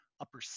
upper